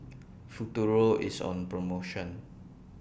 Futuro IS on promotion